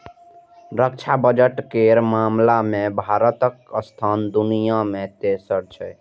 रक्षा बजट केर मामला मे भारतक स्थान दुनिया मे तेसर छै